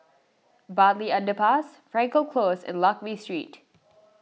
Bartley Underpass Frankel Close and Lakme Street